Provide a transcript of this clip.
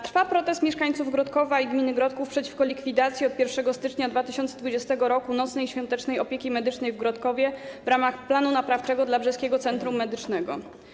Trwa protest mieszkańców Grodkowa i gminy Grodków przeciwko likwidacji od 1 stycznia 2020 r. nocnej i świątecznej opieki medycznej w Grodkowie w ramach planu naprawczego dla Brzeskiego Centrum Medycznego.